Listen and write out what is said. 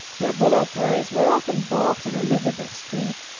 their bullock-drays were often bogged in elizabeth street,